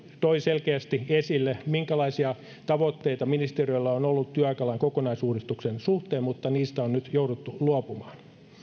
toi selkeästi esille minkälaisia tavoitteita ministeriöllä on ollut työaikalain kokonaisuudistuksen suhteen mutta niistä on nyt jouduttu luopumaan